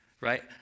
Right